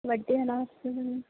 వడ్డీ ఎలా వస్తుందండి